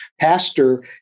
pastor